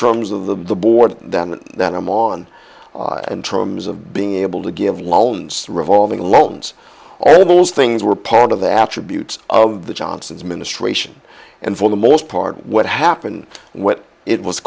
terms of the board than that i'm on and terms of being able to give loans revolving loans all of those things were part of the attributes of the johnson administration and for the most part what happened what it was